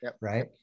right